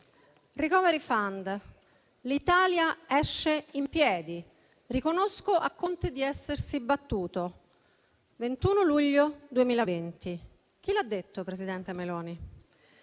*recovery fund*: «l'Italia esce in piedi; (...) riconosco a Conte di essersi battuto»; 21 luglio 2020. Chi l'ha detto, presidente Meloni?